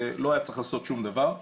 לא היה צריך לעשות שום דבר.